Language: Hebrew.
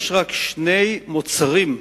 יש רק שני מוצרים,